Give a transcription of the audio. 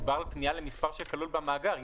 מדובר על פנייה למספר שכלול במאגר.